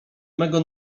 mego